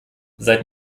seit